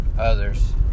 others